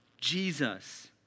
Jesus